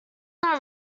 not